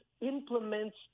implements